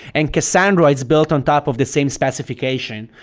and cassandra is built on top of the same specification.